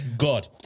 God